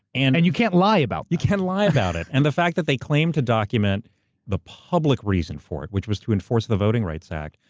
and and you can't lie about them. you can't lie about it. and the fact that they claimed to document the public reason for it, which was to enforce the voting rights act,